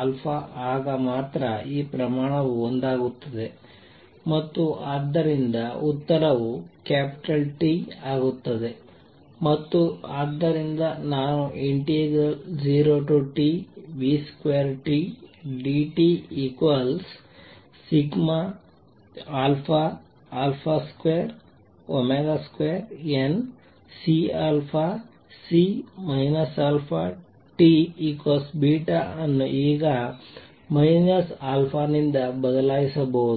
α ಆಗ ಮಾತ್ರ ಈ ಪ್ರಮಾಣವು ಒಂದಾಗುತ್ತದೆ ಮತ್ತು ಆದ್ದರಿಂದ ಉತ್ತರವು ಕ್ಯಾಪಿಟಲ್ T ಆಗುತ್ತದೆ ಮತ್ತು ಆದ್ದರಿಂದ ನಾನು 0Tv2tdt 22CC αT ಅನ್ನು ಈಗ α ನಿಂದ ಬದಲಾಯಿಸಬಹುದು